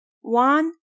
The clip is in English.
One